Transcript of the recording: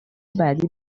بعدی